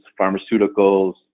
pharmaceuticals